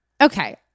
Okay